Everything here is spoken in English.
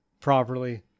properly